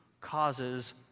causes